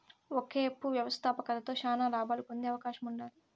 ఒకేపు వ్యవస్థాపకతలో శానా లాబాలు పొందే అవకాశముండాది